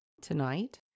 tonight